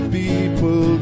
people